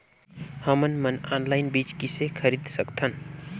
हमन मन ऑनलाइन बीज किसे खरीद सकथन?